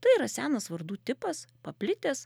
tai yra senas vardų tipas paplitęs